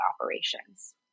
operations